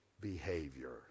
behavior